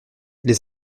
les